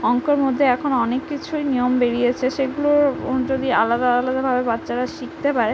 অংকর মধ্যে এখন অনেক কিছুই নিয়ম বেরিয়েছে সেগুলো ও যদি আলাদা আলাদাভাবে বাচ্চারা শিখতে পারে